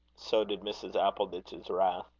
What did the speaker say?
so did mrs. appleditch's wrath.